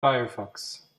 firefox